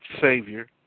Savior